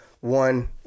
one